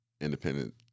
independent